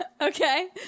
Okay